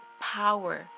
power